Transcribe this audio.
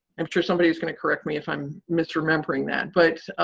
i'm sure somebody is going to correct me if i'm misremembering that, but